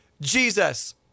Jesus